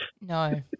No